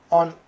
on